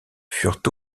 furent